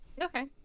Okay